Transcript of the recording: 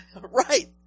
Right